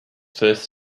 first